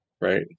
right